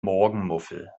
morgenmuffel